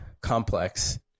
complex